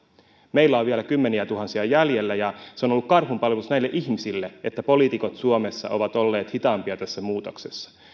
meillä on vielä kymmeniätuhansia jäljellä ja se on ollut karhunpalvelus näille ihmisille että poliitikot suomessa ovat olleet hitaampia tässä muutoksessa